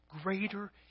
greater